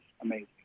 amazing